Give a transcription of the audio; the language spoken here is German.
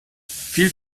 viel